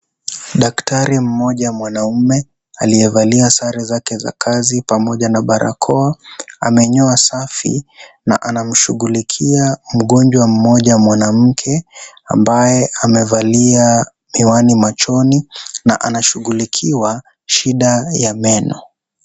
Daktari mmoja mwanaume, aliyevalia sare zake za kazi pamoja na barakoa. Amenyoa safi na anamshughulikia mgonjwa mmoja mwanamke, ambaye amevalia miwani machoni na anashughulikiwa shida ya meno.